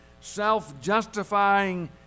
self-justifying